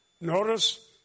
Notice